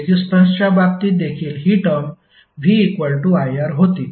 तर रेसिस्टन्सच्या बाबतीत देखील हि टर्म v iR होती